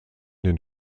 den